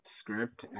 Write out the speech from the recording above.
script